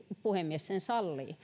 puhemies sen sallii